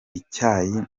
icyayi